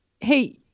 hey